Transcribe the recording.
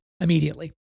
immediately